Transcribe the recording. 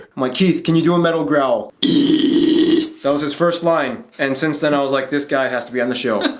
my keith can you do a metal growl? yeah, that was his first line. and since then i was like this guy has to be on the show